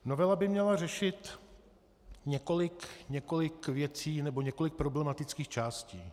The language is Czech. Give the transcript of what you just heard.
Novela by měla řešit několik věcí, nebo několik problematických částí.